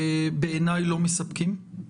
לא מספקים.